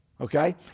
okay